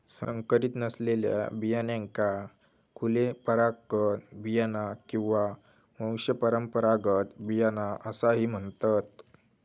संकरीत नसलेल्या बियाण्यांका खुले परागकण बियाणा किंवा वंशपरंपरागत बियाणा असाही म्हणतत